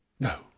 No